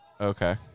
Okay